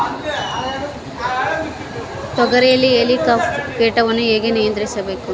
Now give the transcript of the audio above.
ತೋಗರಿಯಲ್ಲಿ ಹೇಲಿಕವರ್ಪ ಕೇಟವನ್ನು ಹೇಗೆ ನಿಯಂತ್ರಿಸಬೇಕು?